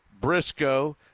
Briscoe